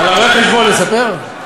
על הרואה-חשבון לספר?